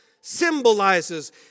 symbolizes